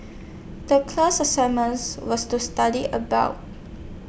The class assignments was to study about